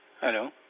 Hello